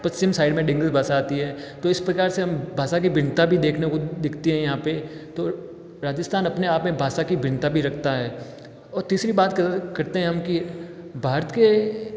पश्चिम side में डिंगल भाषा आती है तो इस प्रकार से हम भाषा की भिन्नता भी देखने को दिखती हैं यहाँ पे तो राजस्थान अपने आप में भाषा की भिन्नता भी रखता है और तीसरी बात करते हैं हम कि भारत के